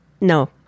No